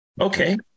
Okay